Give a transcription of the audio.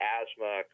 asthma